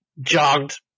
jogged